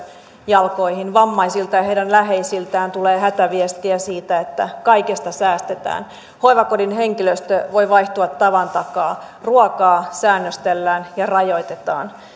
jalkoihin vammaisilta ja heidän läheisiltään tulee hätäviestiä siitä että kaikesta säästetään hoivakodin henkilöstö voi vaihtua tavan takaa ruokaa säännöstellään ja rajoitetaan